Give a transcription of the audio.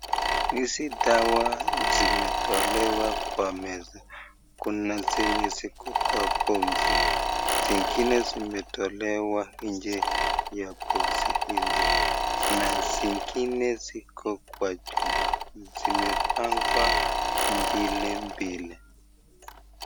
Hizi dawa zimetolewa kwa meza. Kuna zenye ziko kwa box . Zingine zimetolewa nje ya box hizi na zingine ziko kwa chupa zimepangwa mbili mbili.